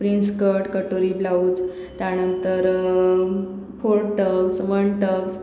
prince cut कटोरी blouse त्यानंतर four tucks one Tux